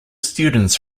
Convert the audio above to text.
students